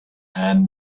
and